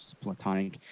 platonic